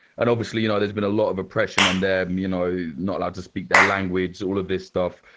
and obviously you know there's been a lot of oppression on them, you know not allowed to speak their language, all of this stuff.